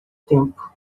tempo